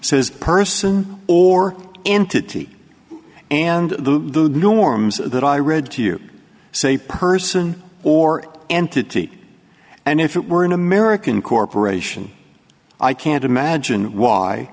says person or entity and the norms that i read to you say person or entity and if it were an american corporation i can't imagine why